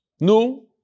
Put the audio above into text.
No